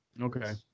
Okay